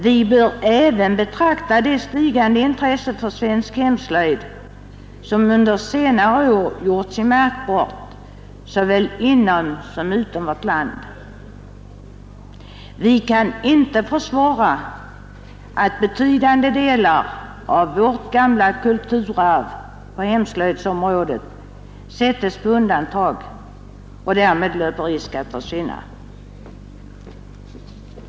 Vi bör även beakta det stigande intresse för svensk hemslöjd som under senare år gjort sig märkbart såväl inom som utom vårt land. Vi kan inte försvara att betydande delar av vårt gamla kulturarv på hemslöjdsområdet sättes på undantag och därmed löper risk att försvinna.